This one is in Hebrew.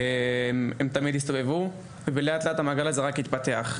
ותמיד הסתובבו, ולאט-לאט המעגל הזה יתפתח.